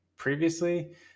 previously